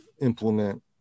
implement